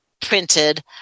printed